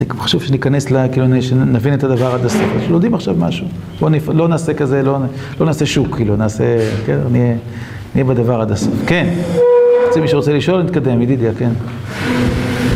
חשוב שנכנס, כאילו, שנבין את הדבר עד הסוף. אנחנו יודעים עכשיו משהו, בואו לא נעשה כזה, לא נעשה שוק, כאילו, נעשה, נהיה, נהיה בדבר עד הסוף. כן, מי שרוצה לשאול, נתקדם, ידידיה, כן.